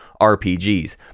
rpgs